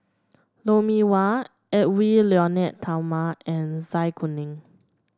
Lou Mee Wah Edwy Lyonet Talma and Zai Kuning